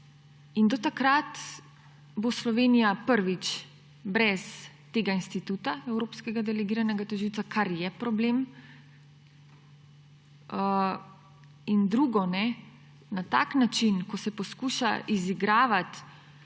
Do takrat bo Slovenija, prvič, brez tega instituta evropskega delegiranega tožilca, kar je problem. In drugo, na tak način, ko se poskuša izigravati,